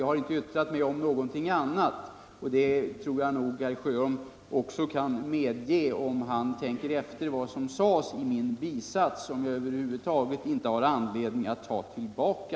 Jag har inte yttrat mig om någonting annat, och det tror jag att herr Sjöholm också kan medge om han tänker efter vad jag sade i min bisats, som jag inte har anledning att ta tillbaka.